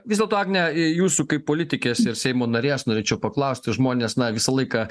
vis dėlto agne jūsų kaip politikės ir seimo narės norėčiau paklausti žmonės na visą laiką